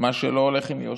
מה שלא הולך עם יושר.